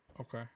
Okay